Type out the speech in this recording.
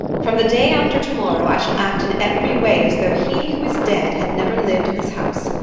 from the day after to-morrow, i shall act in every way as though he who is dead had never lived in this house.